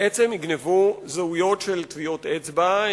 בעצם יגנבו זהויות של טביעות אצבע,